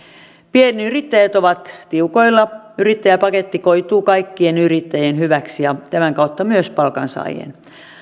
pienyrittäjät ovat tiukoilla yrittäjäpaketti koituu kaikkien yrittäjien hyväksi ja tämän kautta myös palkansaajien